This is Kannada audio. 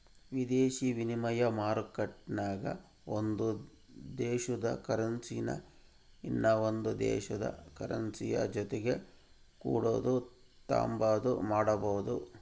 ವಿದೇಶಿ ವಿನಿಮಯ ಮಾರ್ಕೆಟ್ನಾಗ ಒಂದು ದೇಶುದ ಕರೆನ್ಸಿನಾ ಇನವಂದ್ ದೇಶುದ್ ಕರೆನ್ಸಿಯ ಜೊತಿಗೆ ಕೊಡೋದು ತಾಂಬಾದು ಮಾಡ್ಬೋದು